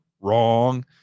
Wrong